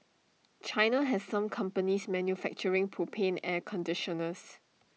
China has some companies manufacturing propane air conditioners